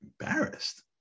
Embarrassed